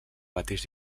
mateix